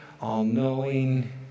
All-Knowing